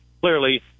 clearly